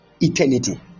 eternity